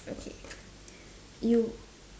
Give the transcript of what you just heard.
okay you